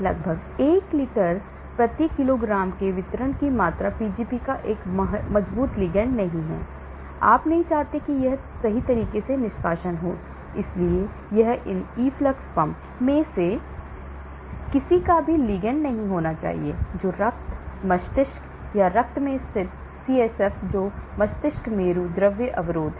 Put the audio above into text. लगभग 1 लीटर प्रति किलोग्राम के वितरण की मात्रा Pgp का एक मजबूत लिगैंड नहीं है आप नहीं चाहते कि यह सही तरीके से एक निष्कासन हो इसलिए यह इन efflux pump में से किसी का भी लिगैंड नहीं होना चाहिए जो रक्त मस्तिष्क या रक्त में स्थित हैं CSF जो मस्तिष्कमेरु द्रव अवरोध है